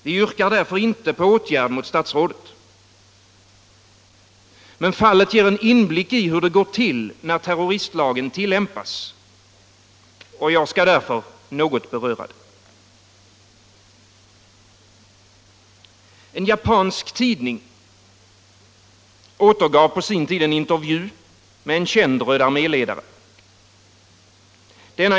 Vi yrkar därför inte på åtgärd mot statsrådet. Men fallet ger en inblick i hur det går till när terroristlagen tillämpas. Jag skall därför något beröra det. En japansk tidning återgav på sin tid en intervju med en känd rödarméledare.